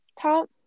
top